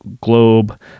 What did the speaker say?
globe